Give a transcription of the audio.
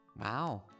Wow